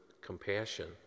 compassion